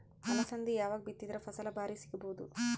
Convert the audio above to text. ಅಲಸಂದಿ ಯಾವಾಗ ಬಿತ್ತಿದರ ಫಸಲ ಭಾರಿ ಸಿಗಭೂದು?